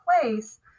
place